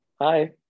Hi